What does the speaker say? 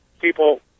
People